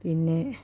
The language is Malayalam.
പിന്നെ